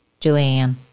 Julianne